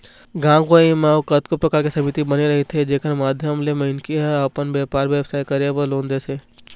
गाँव गंवई म अउ कतको परकार के समिति बने रहिथे जेखर माधियम ले मनखे ह अपन बेपार बेवसाय करे बर लोन देथे